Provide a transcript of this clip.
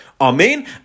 AMEN